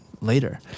later